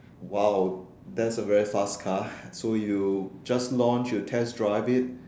!wow! that's a very fast car so you just launch you test drive it